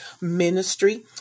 ministry